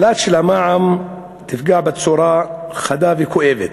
העלאת המע"מ תפגע בצורה חדה וכואבת,